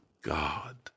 God